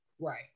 Right